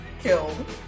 killed